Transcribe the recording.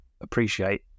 appreciate